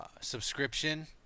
subscription